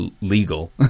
legal